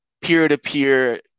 peer-to-peer